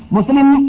Muslim